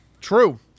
True